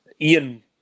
Ian